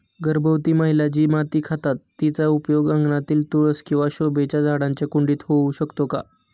गर्भवती महिला जी माती खातात तिचा उपयोग अंगणातील तुळस किंवा शोभेच्या झाडांच्या कुंडीत होऊ शकतो का?